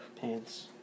pants